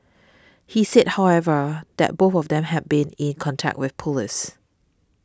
he said however that both of them had been in contact with police